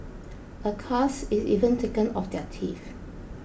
a cast is even taken of their teeth